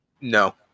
No